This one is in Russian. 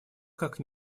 как